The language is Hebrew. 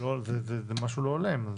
זה משהו לא הולם.